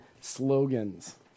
slogans